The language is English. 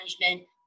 management